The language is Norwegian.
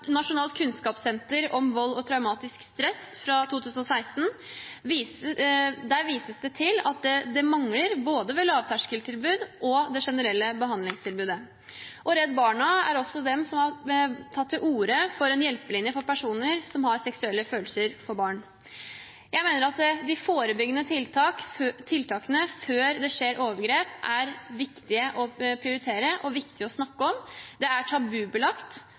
Nasjonalt kunnskapssenter om vold og traumatisk stress fra 2016 vises det til at det mangler både ved lavterskeltilbud og ved det generelle behandlingstilbudet. Redd Barna har tatt til orde for en hjelpelinje for personer som har seksuelle følelser for barn. Jeg mener at de forebyggende tiltakene før det skjer overgrep, er viktige å prioritere og viktige å snakke om. Det er tabubelagt